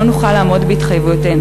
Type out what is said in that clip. לא נוכל לעמוד בהתחייבויותינו.